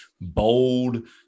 bold